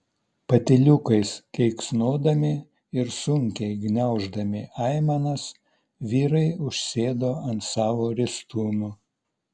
patyliukais keiksnodami ir sunkiai gniauždami aimanas vyrai užsėdo ant savo ristūnų